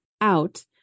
out